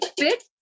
fit